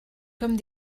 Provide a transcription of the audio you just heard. comme